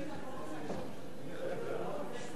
נספי השואה (השבה ליורשים והקדשה למטרות סיוע והנצחה)